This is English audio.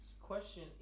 question